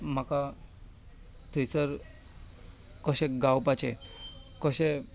म्हाका थंयसर कशें गावपाचें कशें